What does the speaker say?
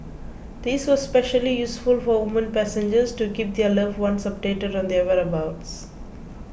this was especially useful for women passengers to keep their loved ones updated on their whereabouts